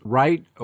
right